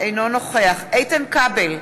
אינו נוכח איתן כבל,